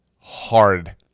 hard